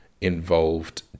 involved